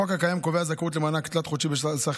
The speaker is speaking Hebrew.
החוק הקיים קובע זכאות למענק תלת-חודשי בסך